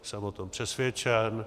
Jsem o tom přesvědčen.